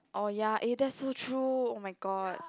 oh ya eh that's so true oh-my-god